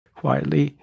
quietly